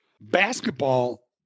basketball